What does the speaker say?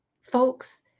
folks